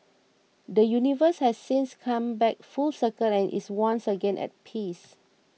the universe has since come back full circle and is once again at peace